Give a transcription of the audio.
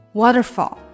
waterfall